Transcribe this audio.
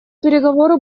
переговоры